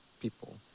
people